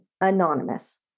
anonymous